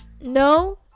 no